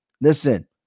listen